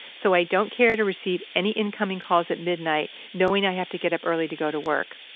so i don't care to receive any incoming calls at midnight knowing i have to get up early to go to work.